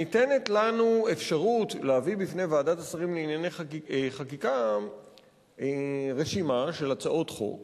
ניתנת לנו אפשרות להביא בפני ועדת השרים לחקיקה רשימה של הצעות חוק